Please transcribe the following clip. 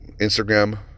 Instagram